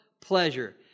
pleasure